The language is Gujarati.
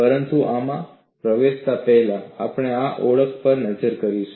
પરંતુ આમા પ્રવેશતા પહેલા આપણે આ ઓળખ પર નજર કરીશું